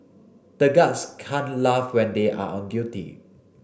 the guards can't laugh when they are on duty